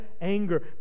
anger